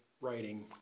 writing